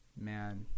Man